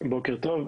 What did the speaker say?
בוקר טוב.